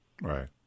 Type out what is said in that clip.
Right